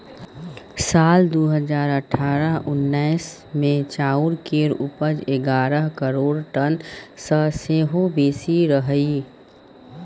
साल दु हजार अठारह उन्नैस मे चाउर केर उपज एगारह करोड़ टन सँ सेहो बेसी रहइ